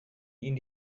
ihn